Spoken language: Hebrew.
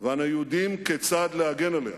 ואנו יודעים כיצד להגן עליה.